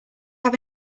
have